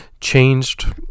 changed